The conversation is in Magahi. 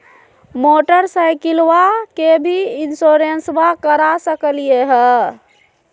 मोटरसाइकिलबा के भी इंसोरेंसबा करा सकलीय है?